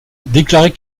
déclarait